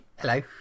Hello